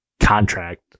contract